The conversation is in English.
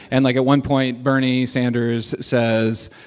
and, like, at one point, bernie sanders says,